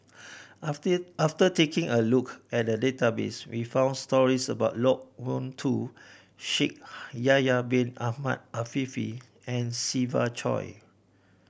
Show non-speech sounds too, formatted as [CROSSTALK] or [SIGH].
after after taking a look at the database we found stories about Loke Wan Tho Shaikh [HESITATION] Yahya Bin Ahmed Afifi and Siva Choy